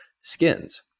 skins